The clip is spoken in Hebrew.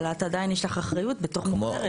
אבל את עדיין יש לך אחריות בתור סוחרת.